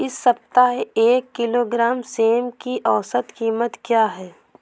इस सप्ताह एक किलोग्राम सेम की औसत कीमत क्या है?